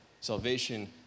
Salvation